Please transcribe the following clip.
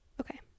okay